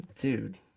Dude